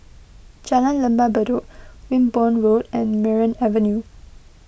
Jalan Lembah Bedok Wimborne Road and Merryn Avenue